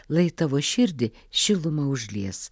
lai tavo širdį šiluma užlies